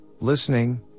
listening